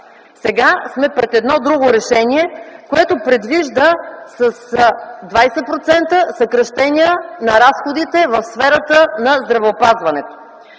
Сега сме пред друго решение, което предвижда с 20% съкращение на разходите в сферата на здравеопазването.